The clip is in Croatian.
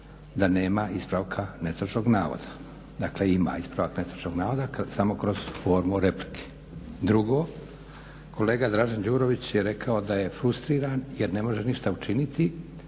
da nema ispravka netočnog navoda. Dakle, ima ispravak netočnog navoda samo kroz formu replike. Drugo, kolega Dražen Đurović je rekao da je frustriran jer ne može ništa učiniti,